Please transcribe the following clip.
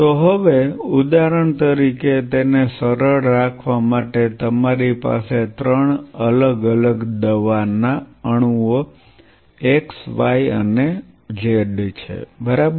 તો હવે ઉદાહરણ તરીકે તેને સરળ રાખવા માટે તમારી પાસે ત્રણ અલગ અલગ દવાના અણુઓ x y અને z છે બરાબર